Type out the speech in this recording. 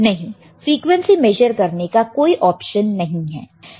नहीं frequency measure करने का कोई ऑप्शन नहीं है